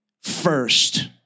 First